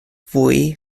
fyw